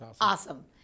awesome